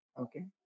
Okay